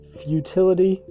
futility